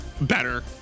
better